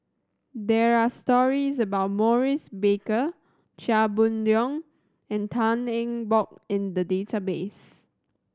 there are stories about Maurice Baker Chia Boon Leong and Tan Eng Bock in the database